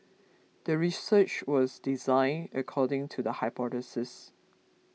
the research was designed according to the hypothesis